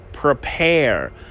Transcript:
Prepare